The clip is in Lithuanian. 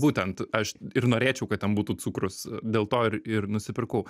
būtent aš ir norėčiau kad ten būtų cukrus dėl to ir ir nusipirkau